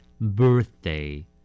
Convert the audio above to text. Birthday